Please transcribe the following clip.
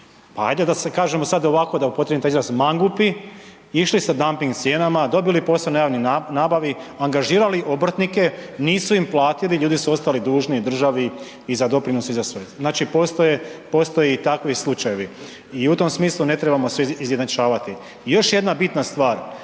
da se kažemo sad ovako, da upotrijebim taj izraz, mangupi, išli sa damping cijenama, dobili posao na javnoj nabavi, angažirali obrtnike, nisu im platili, ljudi su ostali dužni državi i za doprinos i za sve. Znači postoje i takvi slučajevi i u tom smislu ne trebamo se izjednačavati. I još jedna bitna stvar,